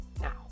now